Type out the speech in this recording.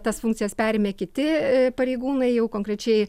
tas funkcijas perėmė kiti pareigūnai jau konkrečiai